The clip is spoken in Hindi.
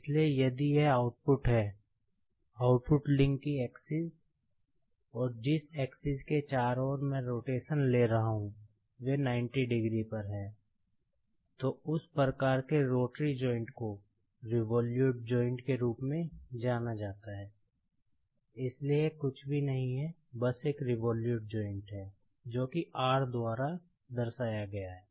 इसलिए यदि यह आउटपुट है आउटपुट लिंक की एक्सिस है जो कि 'R' द्वारा दर्शाया गया है